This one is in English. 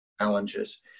challenges